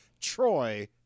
Troy